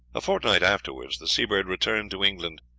a fortnight afterwards the seabird returned to england,